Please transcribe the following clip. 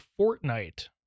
Fortnite